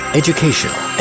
educational